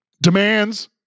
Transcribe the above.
Demands